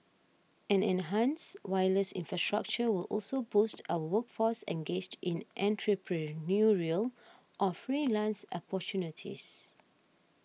an enhanced wireless infrastructure will also boost our workforce engaged in entrepreneurial or freelance opportunities